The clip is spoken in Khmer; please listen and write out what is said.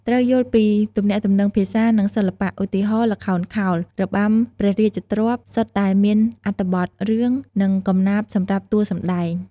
ត្រូវយល់ពីទំនាក់ទំនងភាសា និងសិល្បៈ ឧទាហរណ៍ ល្ខោនខោល របាំព្រះរាជទ្រព្យ សុទ្ធតែមានអត្ថបទរឿង និងកំណាព្យសម្រាប់តួសម្ដែង។